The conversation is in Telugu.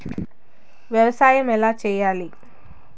వ్యవసాయం ఎలా చేయాలి?